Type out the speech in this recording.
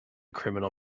criminal